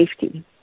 safety